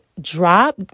drop